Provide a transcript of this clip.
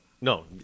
No